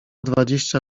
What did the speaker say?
dwadzieścia